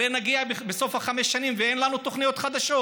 הרי נגיע בסוף החמש שנים ואין לנו תוכניות חדשות.